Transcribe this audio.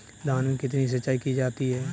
धान में कितनी सिंचाई की जाती है?